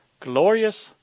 glorious